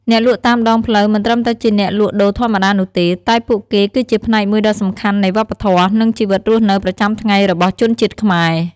អ្នកលក់តាមដងផ្លូវមិនត្រឹមតែជាអ្នកលក់ដូរធម្មតានោះទេ តែពួកគេគឺជាផ្នែកមួយដ៏សំខាន់នៃវប្បធម៌ និងជីវិតរស់នៅប្រចាំថ្ងៃរបស់ជនជាតិខ្មែរ។